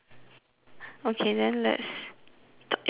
okay then let's yours is Tom and Paul's